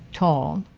tall.